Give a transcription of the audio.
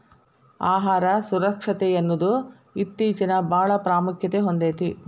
ಆಹಾರ ಸುರಕ್ಷತೆಯನ್ನುದು ಇತ್ತೇಚಿನಬಾಳ ಪ್ರಾಮುಖ್ಯತೆ ಹೊಂದೈತಿ